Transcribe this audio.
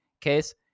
Case